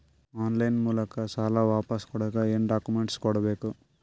Of line ಮೂಲಕ ಸಾಲ ವಾಪಸ್ ಕೊಡಕ್ ಏನು ಡಾಕ್ಯೂಮೆಂಟ್ಸ್ ಕೊಡಬೇಕು?